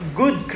good